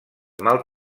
mal